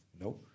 No